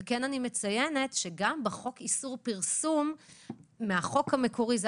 ואני מציינת שגם בחוק איסור פרסום החוק המקורי היה